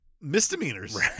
misdemeanors